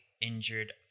injured